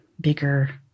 bigger